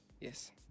Yes